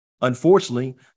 Unfortunately